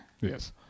Yes